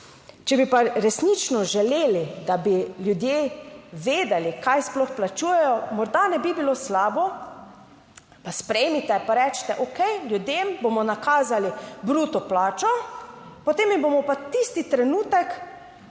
Če bi pa resnično želeli, da bi ljudje vedeli, kaj sploh plačujejo, morda ne bi bilo slabo, pa sprejmite, pa rečete, okej, ljudem bomo nakazali bruto plačo, potem jih bomo pa tisti trenutek